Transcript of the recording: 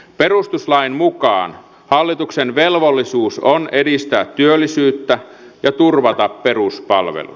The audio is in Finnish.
perustuslain mukaan hallituksen velvollisuus on edistää työllisyyttä ja turvata peruspalvelut